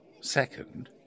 second